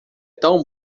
tão